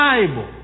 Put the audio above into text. Bible